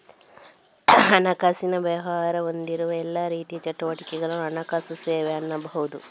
ಹಣಕಾಸಿನ ವ್ಯವಹಾರ ಹೊಂದಿರುವ ಎಲ್ಲಾ ರೀತಿಯ ಚಟುವಟಿಕೆಗಳನ್ನ ಹಣಕಾಸು ಸೇವೆ ಅನ್ಬಹುದು